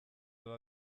edo